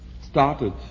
started